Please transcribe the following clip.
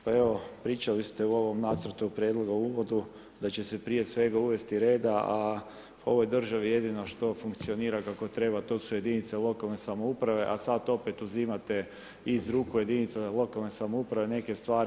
Pa evo pričali ste o ovom nacrtu prijedloga u uvodu da će se prije svega uvesti reda, a u ovoj državi jedino što funkcionira kao treba to su jedinice lokalne samouprave, a sada opet uzimate iz ruku jedinica lokalne samouprave neke stvari.